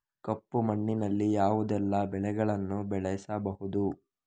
ಕಪ್ಪು ಮಣ್ಣಿನಲ್ಲಿ ಯಾವುದೆಲ್ಲ ಬೆಳೆಗಳನ್ನು ಬೆಳೆಸಬಹುದು?